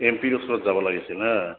M P ৰ ওচৰত যাব লাগিছিল হা